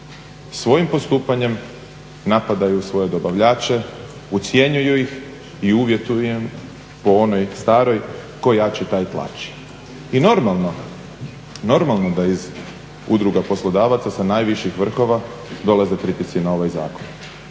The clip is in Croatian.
svojim postupanjem napadaju svoje dobavljače, ucjenjuju ih i uvjetuju im po onoj staroj tko jači taj i tlači. I normalno, normalno da iz Udruga poslodavaca sa najviših vrhova dolaze pritisci na ovaj zakon